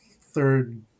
third